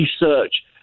research